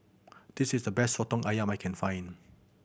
this is the best Soto Ayam I can find